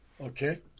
Okay